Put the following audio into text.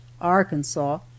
Arkansas